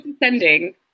Descending